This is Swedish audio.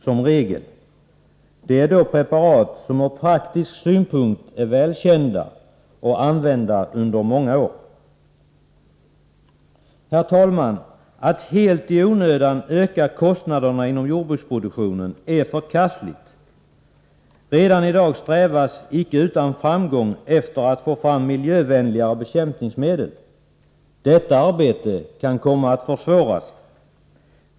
Det gäller preparat som från praktisk synpunkt är välkända och använts under många år. Herr talman! Att helt i onödan öka kostnaderna inom jordbruksproduktionen är förkastligt. Redan i dag strävas — icke utan framgång — efter att få fram miljövänligare bekämpningsmedel. Detta arbete kan komma att försvåras.